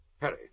Harry